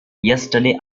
yesterday